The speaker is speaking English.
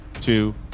two